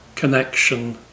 connection